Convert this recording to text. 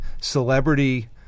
celebrity